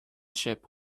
ship